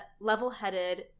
level-headed